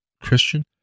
Christian